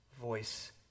voice